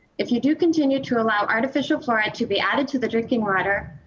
if you do continue to allow artificial fluoride to be added to the drinking water,